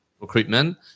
recruitment